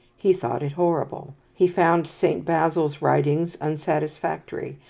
he thought it horrible. he found saint basil's writings unsatisfactory,